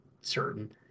certain